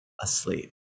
asleep